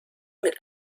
mit